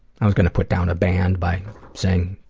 i was gonna put down a band by saying,